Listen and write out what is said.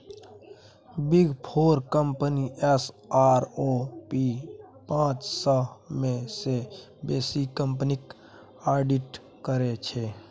big four company S आओर P पाँच सय मे सँ बेसी कंपनीक आडिट करै छै